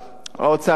האוצר עושה.